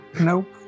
Nope